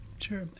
Sure